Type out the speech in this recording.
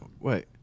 wait